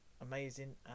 amazing